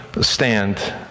stand